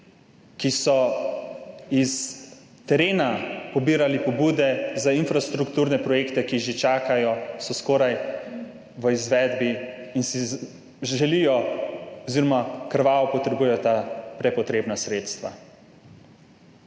ki so na terenu pobirali pobude za infrastrukturne projekte, ki že čakajo, so skoraj v izvedbiin si želijo oziroma krvavo potrebujejo ta prepotrebna sredstva.